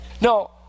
No